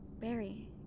Barry